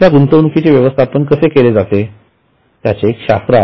त्या गुंतवणुकीचे व्यवस्थापन कसे केले जाते त्याचे एक शास्त्र असते